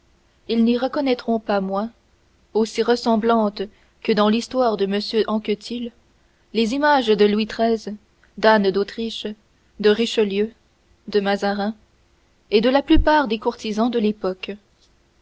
ils n'y reconnaîtront pas moins aussi ressemblantes que dans l'histoire de m anquetil les images de louis xiii d'anne d'autriche de richelieu de mazarin et de la plupart des courtisans de l'époque